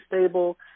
stable